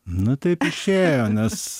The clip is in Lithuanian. nu taip išėjo nes